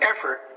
effort